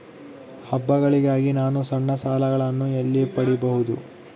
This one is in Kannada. ಹಬ್ಬಗಳಿಗಾಗಿ ನಾನು ಸಣ್ಣ ಸಾಲಗಳನ್ನು ಎಲ್ಲಿ ಪಡಿಬಹುದು?